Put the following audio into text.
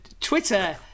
Twitter